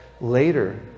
later